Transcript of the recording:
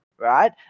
Right